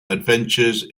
adventures